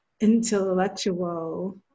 intellectual